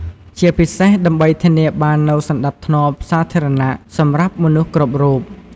ជាពិសេស ដើម្បីធានាបាននូវសណ្តាប់ធ្នាប់សាធារណៈសម្រាប់មនុស្សគ្រប់រូប។